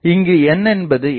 இங்கு n என்பது என்ன